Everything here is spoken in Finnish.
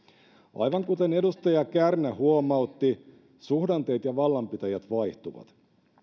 aivan kuten edustaja kärnä huomautti suhdanteet ja vallanpitäjät vaihtuvat